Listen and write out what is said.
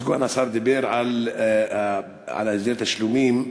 סגן השר דיבר על הסדר התשלומים,